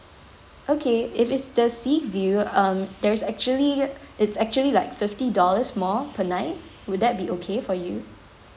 okay if it's the sea view um there's actually it's actually like fifty dollars more per night would that be okay for you